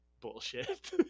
bullshit